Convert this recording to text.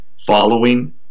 following